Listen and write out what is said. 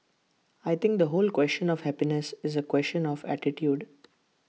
I think the whole question of happiness is A question of attitude